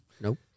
Nope